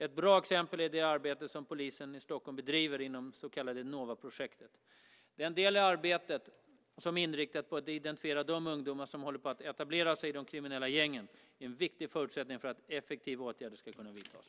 Ett bra exempel är det arbete som polisen i Stockholm bedriver inom det så kallade Novaprojektet. Den del i arbetet som är inriktat på att identifiera de ungdomar som håller på att etablera sig i de kriminella gängen är en viktig förutsättning för att effektiva åtgärder ska kunna vidtas.